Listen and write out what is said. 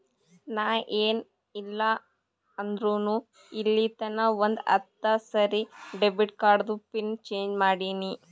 ನಾ ಏನ್ ಇಲ್ಲ ಅಂದುರ್ನು ಇಲ್ಲಿತನಾ ಒಂದ್ ಹತ್ತ ಸರಿ ಡೆಬಿಟ್ ಕಾರ್ಡ್ದು ಪಿನ್ ಚೇಂಜ್ ಮಾಡಿನಿ